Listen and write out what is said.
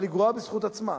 אבל היא גרועה בזכות עצמה.